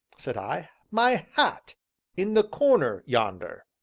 said i, my hat in the corner yonder.